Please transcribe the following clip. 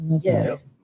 Yes